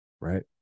Right